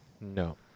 No